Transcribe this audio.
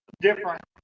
different